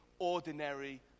Ordinary